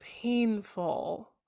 painful